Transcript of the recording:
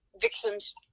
victims